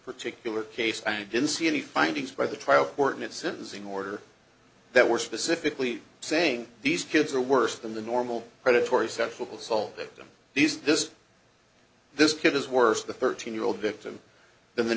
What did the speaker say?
particular case and i didn't see any findings by the trial court sentencing order that were specifically saying these kids are worse than the normal predatory sexual assault victims these this this kid is worse the thirteen year old victim than the